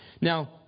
Now